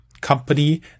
company